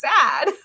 sad